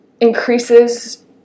increases